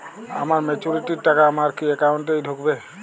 আমার ম্যাচুরিটির টাকা আমার কি অ্যাকাউন্ট এই ঢুকবে?